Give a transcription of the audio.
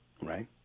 right